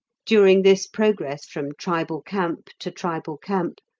during this progress from tribal camp to tribal camp,